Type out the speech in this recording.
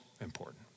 important